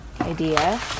idea